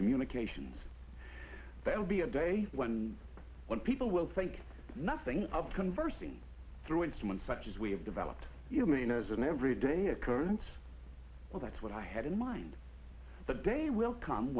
communications there will be a day when when people will think nothing of conversing through instruments such as we have developed you mean as an everyday occurrence well that's what i had in mind the day will come